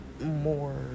more